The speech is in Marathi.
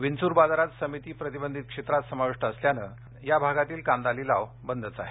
विंचूर बाजार समिती प्रतिबंधित क्षेत्रात समाविष्ट असल्याने या भागातील कांदा लिलाव बंदच आहेत